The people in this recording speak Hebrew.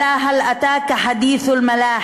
(אומרת דברים בשפה הערבית, להלן תרגומם: